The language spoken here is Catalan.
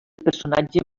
personatge